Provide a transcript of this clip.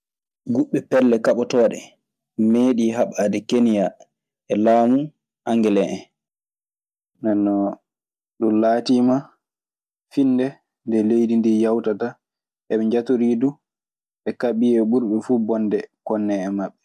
Guɓe pelle kaɓotooɗe meeɗii haɓade Kenya e laamu angele en. Nden non, ɗun laatiima finde nde leydi ndii yawtata. Eɓe njatorii du, ɓe kaɓii e ɓurɓe fuu bonde konnee en maɓɓe.